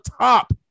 top